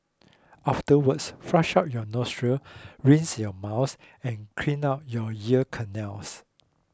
afterwards flush out your nostril rinse your mouth and clean out you ear canals